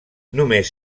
només